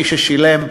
מי ששילם,